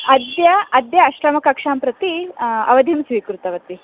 अद्य अद्य अष्टमकक्ष्यां प्रति अवधिं स्वीकृतवती